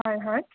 হয় হয়